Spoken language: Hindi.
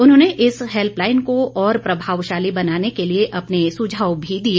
उन्होंने इस हैल्पलाईन को और प्रभावशाली बनाने के लिए अपने सुझाव भी दिए